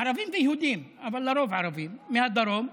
ערבים ויהודים אבל לרוב ערבים, מהדרום,